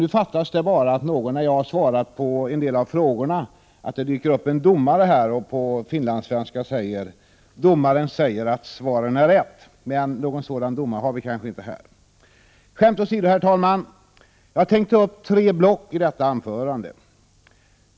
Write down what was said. Nu behövs det bara att det när jag har svarat på frågorna dyker upp en domare som på finlandssvenska säger: ”Domaren säger att svaren är rätt.” Men någon sådan domare har vi kanske inte här. Skämt åsido, herr talman. Jag har tänkt att ta upp tre block i detta anförande.